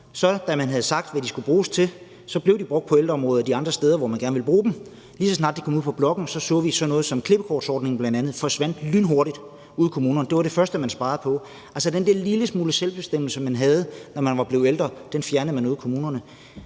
og så sagde, hvad den skulle bruges til, blev den brugt på ældreområdet og de andre steder, hvor man gerne ville bruge dem. Lige så snart de kom med ud i bloktilskuddet, så vi, at sådan noget som klippekortordningen bl.a. forsvandt lynhurtigt ude i kommunerne. Det var det første, man sparede på. Altså, den der lille smule selvbestemmelse, man havde, når man var blevet ældre, fjernede man ude i kommunerne.